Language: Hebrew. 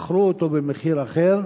מכרו אותו במחיר אחר,